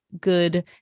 good